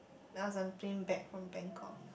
I was on a plane back from Bangkok